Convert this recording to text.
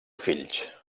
fills